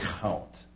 count